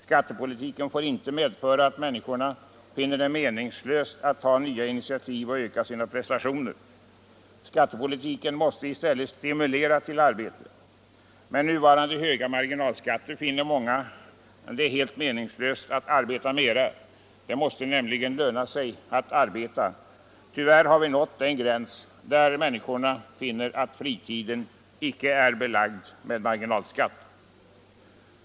Skattepolitiken får inte medföra att människorna finner det meningslöst att ta nya initiativ och att öka sina prestationer. Skattepolitiken måste i stället stimulera till arbete. Med nuvarande höga marginalskatter finner många det helt meningslöst att arbeta mer. Det måste löna sig att arbeta. Tyvärr har vi nått den gräns där människorna finner att fritiden inte är belagd med marginalskatt.